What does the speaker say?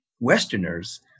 Westerners